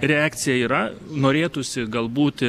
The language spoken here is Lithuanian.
reakcija yra norėtųsi galbūt